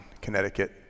Connecticut